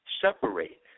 separate